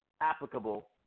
applicable